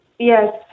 Yes